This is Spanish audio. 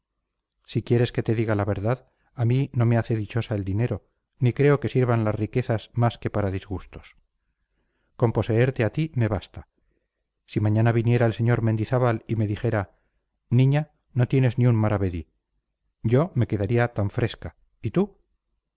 si quieres que te diga la verdad a mí no me hace dichosa el dinero ni creo que sirvan las riquezas más que para disgustos con poseerte a ti me basta y si mañana viniera el señor mendizábal y me dijera niña no tienes ni un maravedí yo me quedaría tan fresca y tú